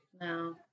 No